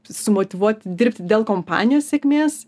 sumotyvuoti dirbti dėl kompanijos sėkmės